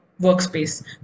workspace